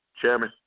chairman